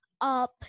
up